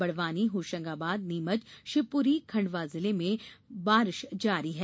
बड़वानी होशंगाबाद नीमच शिवपुरी खण्डवा जिले में बारिश जारी है